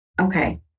okay